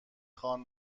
خوان